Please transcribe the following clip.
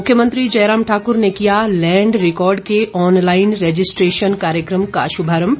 मुख्यमंत्री जयराम ठाकुर ने किया लैंड रिकॉर्ड के ऑनलाईन रजिस्ट्रेशन कार्यक्रम का शुभारंभ